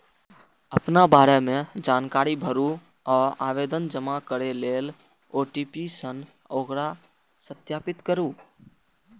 अपना बारे मे जानकारी भरू आ आवेदन जमा करै लेल ओ.टी.पी सं ओकरा सत्यापित करू